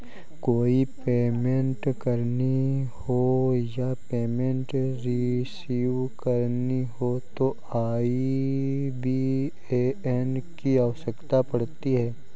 कोई पेमेंट करनी हो या पेमेंट रिसीव करनी हो तो आई.बी.ए.एन की आवश्यकता पड़ती है